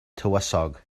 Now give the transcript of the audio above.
tywysog